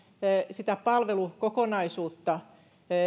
sitä palvelukokonaisuutta